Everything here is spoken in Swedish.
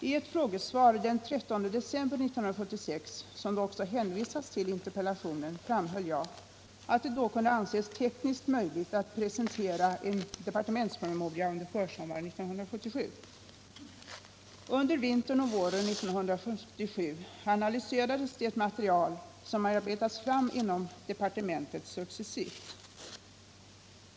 I ett frågesvar den 13 december 1976, som det också hänvisas till i interpellationen, framhöll jag att det då kunde anses tekniskt möjligt att presentera en departementspromemoria under försommaren 1977. Under vintern och våren 1977 analyserades det material som arbetats fram inom departementet successivt.